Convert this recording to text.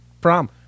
Prom